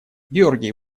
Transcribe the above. георгий